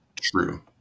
True